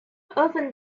often